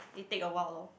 it take a while loh